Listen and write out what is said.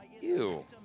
Ew